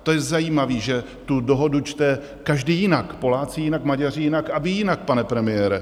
To je zajímavé, že tu dohodu čte každý jinak Poláci jinak, Maďaři jinak a vy jinak, pane premiére.